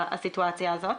הסיטואציה הזאת.